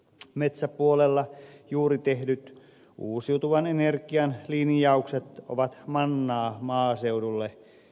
metsäpuolella juuri tehdyt uusiutuvan energian linjaukset ovat mannaa maaseudulle